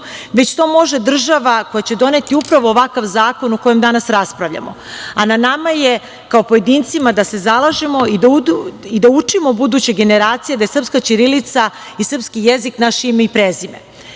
već to može država koja će doneti upravo ovakav zakon o kojem danas raspravljamo. A na nama je kao pojedincima da se zalažemo i da učimo buduće generacije da je srpska ćirilica i srpski jezik naše ime i prezime. Zakonom